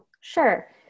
Sure